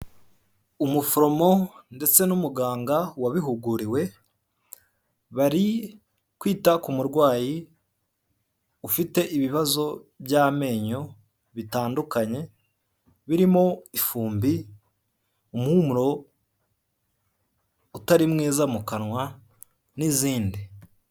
Umuforomo ndetse n'umuganga wabihuguriwe bari kwita ku murwayi ufite ibibazo by'amenyo bitandukanye birimo ifumbi, umuhumuro utari mwiza mu kanwa n'izindi.